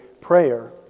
prayer